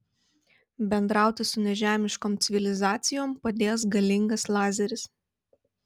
bendrauti su nežemiškom civilizacijom padės galingas lazeris